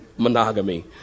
Monogamy